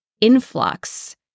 influx